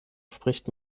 spricht